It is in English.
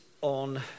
On